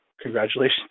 congratulations